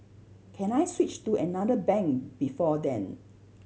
can I switch to another bank before then